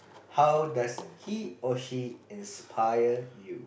how does he or she inspire you